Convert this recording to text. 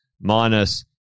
minus